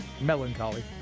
melancholy